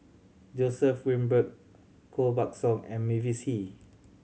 Joseph Grimberg Koh Buck Song and Mavis Hee